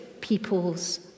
people's